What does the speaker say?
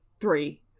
three